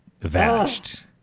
vanished